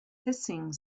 hissing